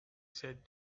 said